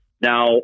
now